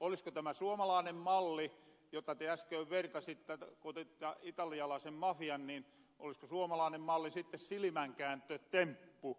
olisko tämä suomalaanen malli jota te äskö vertasitte ku otitta italialaisen mafian niin olisko suomalaanen malli sitte silimänkääntötemppu